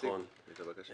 שיציגו את הבקשה.